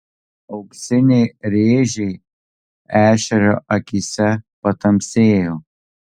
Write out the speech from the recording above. auksiniai rėžiai ešerio akyse patamsėjo